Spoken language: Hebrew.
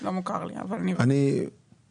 לא מוכר לי אבל אני אבדוק.